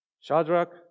Shadrach